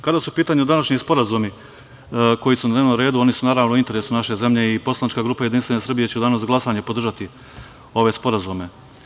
Kada su u pitanju današnji sporazumi koji su na dnevnom redu, oni su, naravno, u interesu naše zemlje i poslanička grupa JS će u danu za glasanje podržati ove sporazume.